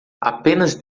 apenas